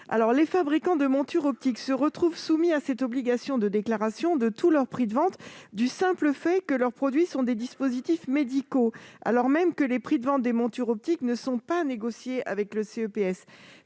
Les fabricants de montures optiques se retrouvent soumis à cette obligation de déclaration de tous leurs prix de vente du simple fait que leurs produits sont des dispositifs médicaux, alors même que les prix de vente des montures optiques ne sont pas négociés avec le CEPS.